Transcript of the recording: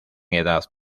edad